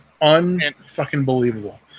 un-fucking-believable